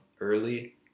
early